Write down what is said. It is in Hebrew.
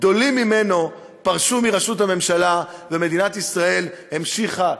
גדולים ממנו פרשו מראשות הממשלה ומדינת ישראל המשיכה,